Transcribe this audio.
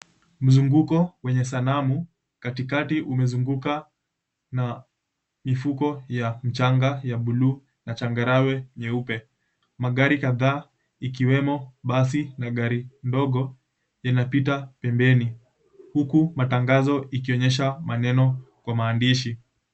Mzunguko wenye sanamu katikati umezunguka na mifuko ya mchanga ya buluu na changarawe nyeupe. Magari kadhaa ikiwemo basi na gari ndogo inapita pembeni huku matangazo ikionyesha maneno kwa maandishi.